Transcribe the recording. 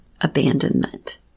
abandonment